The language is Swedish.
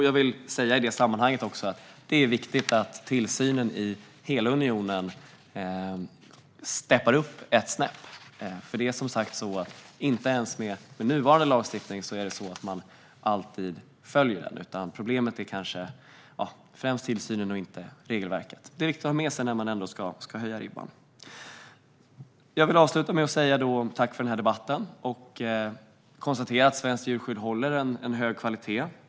Jag vill i det sammanhanget säga att det är viktigt att tillsynen i hela unionen steppar upp ett snäpp, för man följer som sagt inte alltid ens nuvarande lagstiftning. Problemet är kanske främst tillsynen och inte regelverket. Det är viktigt att ha med sig när man ska höja ribban. Jag vill avsluta med att tacka för debatten och konstatera att svenskt djurskydd håller en hög kvalitet.